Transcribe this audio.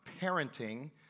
parenting